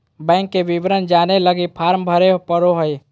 bank के विवरण जाने लगी फॉर्म भरे पड़ो हइ